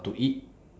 to eat